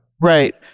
right